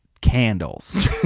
candles